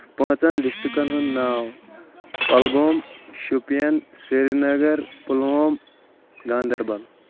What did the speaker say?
پانٛژن ڈِسٹرکٹن ہُنٛد ناو کۄلگوم شُپین سری نگر پُلووم گاندربل